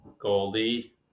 Goldie